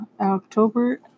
October